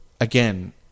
again